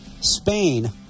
Spain